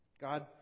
God